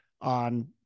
on